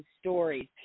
stories